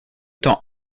temps